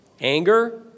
Anger